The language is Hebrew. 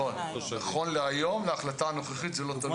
נכון להיום, להחלטה הנוכחית, זה לא תלוי.